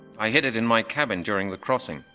i hid it in my cabin during the crossing.